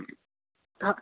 हा